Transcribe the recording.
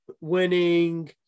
winning